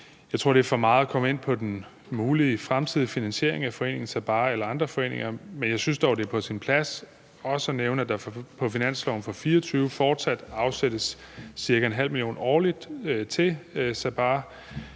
Jeg tror, det er for meget at komme ind på den mulige fremtidige finansiering af foreningen Sabaah eller andre foreninger, men jeg synes dog, det er på sin plads også at nævne, at der på finansloven for 2024 fortsat afsættes cirka ½ mio. kr. årligt til Sabaah.